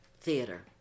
theater